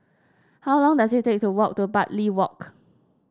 how long does it take to walk to Bartley Walk